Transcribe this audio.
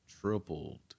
tripled